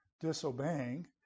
disobeying